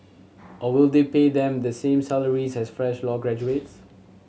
or will they pay them the same salaries as fresh law graduates